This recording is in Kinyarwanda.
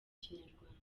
kinyarwanda